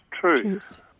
Truth